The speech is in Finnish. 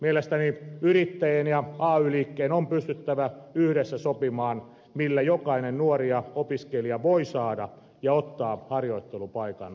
mielestäni yrittäjien ja ay liikkeen on pystyttävä yhdessä sopimaan millä tavalla jokainen nuori ja opiskelija voi saada ja ottaa harjoittelupaikan vastaan